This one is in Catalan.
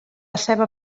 ceba